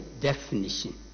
definition